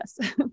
yes